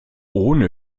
ohne